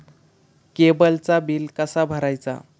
केबलचा बिल कसा भरायचा?